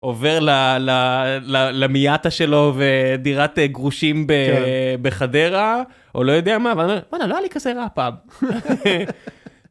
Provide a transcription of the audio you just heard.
עובר למייאטה שלו ודירת גרושים בחדרה, או לא יודע מה, ואומר, לא היה לי כזה רע פעם.